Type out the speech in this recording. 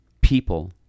people